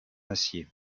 acier